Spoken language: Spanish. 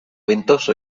ventoso